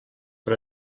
per